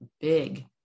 big